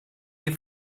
your